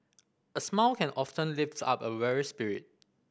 a smile can often lift up a weary spirit